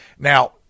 Now